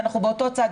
ואנחנו באותו צד.